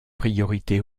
priorité